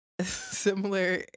Similar